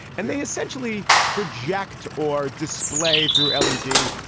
and they essentially project or display through l e d.